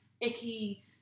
icky